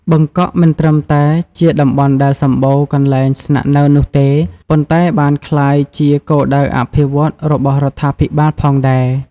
បឹងកក់មិនត្រឹមតែជាតំបន់ដែលសម្បូរកន្លែងស្នាក់នៅនោះទេ ប៉ុន្តែបានក្លាយជាគោលដៅអភិវឌ្ឍរបស់រដ្ឋាភិបាលផងដែរ។